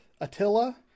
Attila